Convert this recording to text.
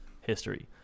history